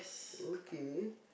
okay